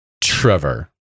Trevor